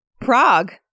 Prague